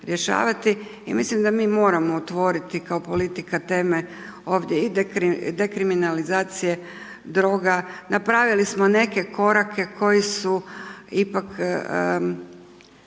I mislim da mi moramo otvoriti kao politika teme ovdje i dekriminalizacije droga. Napravili smo neke korake koji su ipak